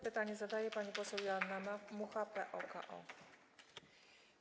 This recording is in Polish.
Pytanie zadaje pani poseł Joanna Mucha, PO-KO.